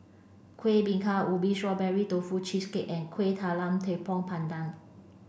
Kueh Bingka Ubi strawberry Tofu cheesecake and Kueh Talam Tepong Pandan